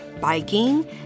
biking